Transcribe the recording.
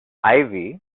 ivy